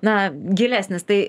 na gilesnis tai